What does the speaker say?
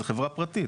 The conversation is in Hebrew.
זה חברה פרטית.